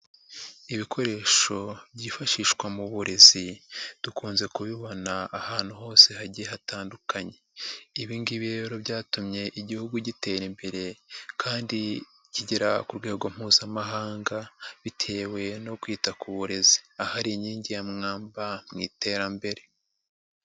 Ibikoresho byifashishwa mu burezi dukunze kubibona ahantu hose hagiye hatandukanye, ibi ngibi rero byatumye Igihugu gitera imbere kandi kigera ku rwego mpuzamahanga bitewe no kwita ku burezi aho ari inkingi ya mwamba mu iterambere.